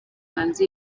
hanze